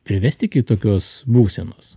privesti iki tokios būsenos